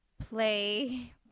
play